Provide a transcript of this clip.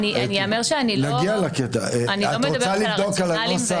ייאמר שאני לא מדברת על הרציונליים,